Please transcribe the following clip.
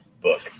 book